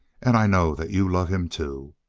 and i know that you love him, too.